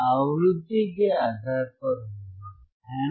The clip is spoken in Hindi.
अगला आवृत्ति के आधार पर होगा है ना